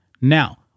Now